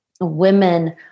women